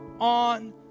on